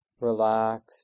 relaxed